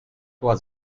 was